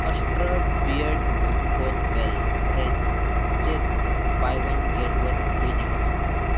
ᱟᱥᱴᱨᱟ beard growth oil ᱨᱮ ᱪᱮᱫ buy one get one free ᱧᱟᱢᱚᱜᱼᱟ